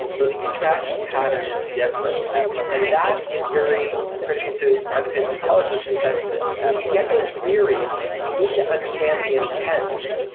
so the interaction pattern is different and that is very critical to artificial intelligence, because when you get those queries, you need to understand the intent.